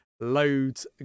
loads